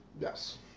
Yes